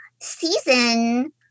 season